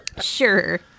sure